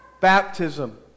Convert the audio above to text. baptism